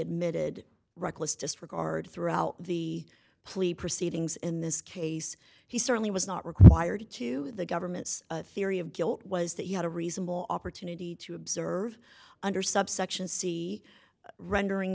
admitted reckless disregard throughout the plea proceedings in this case he certainly was not required to the government's theory of guilt was that he had a reasonable opportunity to observe under subsection c rendering